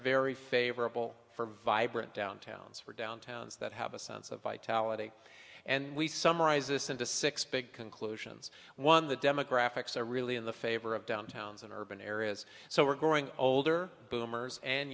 very favorable for vibrant downtowns for downtowns that have a sense of vitality and we summarize this into six big conclusions one the demographics are really in the favor of downtown's in urban areas so we're growing older boomers and